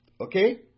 Okay